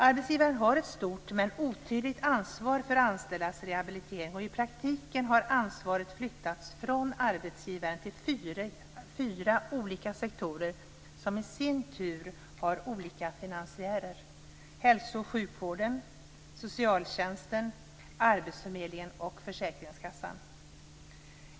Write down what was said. Arbetsgivaren har ett stort men otydligt ansvar för anställdas rehabilitering, och i praktiken har ansvaret flyttats från arbetsgivaren till fyra olika sektorer som i sin tur har olika finansiärer: hälso och sjukvården, socialtjänsten, arbetsförmedlingen och försäkringskassan.